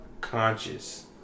conscious